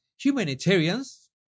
humanitarians